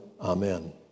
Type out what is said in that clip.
Amen